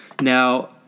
Now